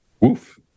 woof